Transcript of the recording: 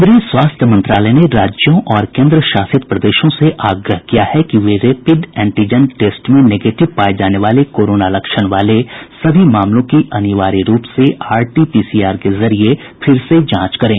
केन्द्रीय स्वास्थ्य मंत्रालय ने राज्यों और केन्द्र शासित प्रदेशों से आग्रह किया है कि वे रेपिड एंटीजन टेस्ट में नेगेटिव पाये जाने वाले कोरोना लक्षण वाले सभी मामलों की अनिवार्य रूप से आरटी पीसीआर के जरिये फिर से जांच करें